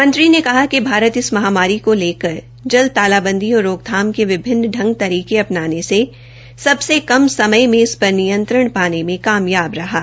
मंत्री ने कहा कि भारत इस महामारी को लेकर जल्द तालाबंदी और रोकथाम के विभिन्न पंग तरीके अपनाने से सबसे कम समय में इस पर नियंत्रण पाने में काययाब हआ है